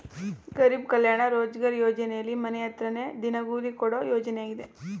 ಗರೀಬ್ ಕಲ್ಯಾಣ ರೋಜ್ಗಾರ್ ಯೋಜನೆಲಿ ಮನೆ ಹತ್ರನೇ ದಿನಗೂಲಿ ಕೊಡೋ ಯೋಜನೆಯಾಗಿದೆ